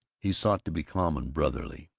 he sought to be calm and brotherly